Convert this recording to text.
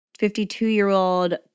52-year-old